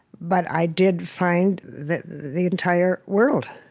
but i did find the the entire world